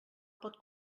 pot